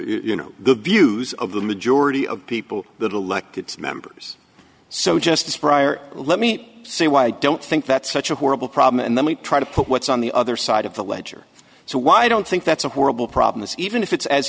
degree the views of the majority of people that elected members so just prior let me say why i don't think that's such a horrible problem and then we try to put what's on the other side of the ledger so why i don't think that's a horrible problem even if it's as